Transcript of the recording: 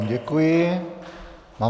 Děkuji vám.